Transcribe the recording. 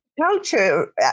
culture